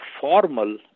formal